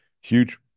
huge